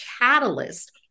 catalyst